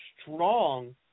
strong